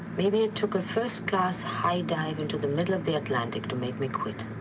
maybe it took a first-class high dive into the middle of the atlantic to make me quit.